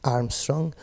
Armstrong